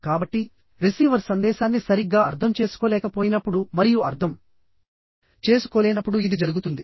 కాబట్టి రిసీవర్ సందేశాన్ని సరిగ్గా అర్థం చేసుకోలేకపోయినప్పుడు మరియు అర్థం చేసుకోలేనప్పుడు ఇది జరుగుతుంది